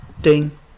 Ding